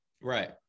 Right